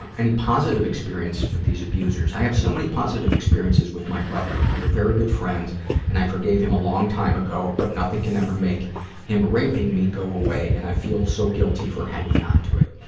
and any positive experience with these abusers? i have so many positive experiences with my brother. we're very good friends and i forgave him a long time ago, but nothing can ever make him raping me go away and i feel so guilty for hanging on to it.